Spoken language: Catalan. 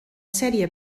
sèrie